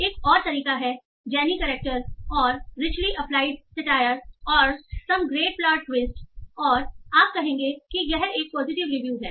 एक और तरीका है जैनी करैक्टर और रिचली अप्लाइड सैटायर और सम ग्रेट प्लॉट ट्विस्ट और आप कहेंगे कि यह एक पॉजिटिव रिव्यू है